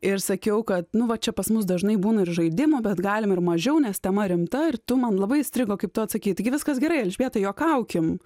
ir sakiau kad nu va čia pas mus dažnai būna ir žaidimų bet galim ir mažiau nes tema rimta ir tu man labai įstrigo kaip tu atsakei taigi viskas gerai elžbieta juokaukim